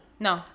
No